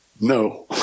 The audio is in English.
no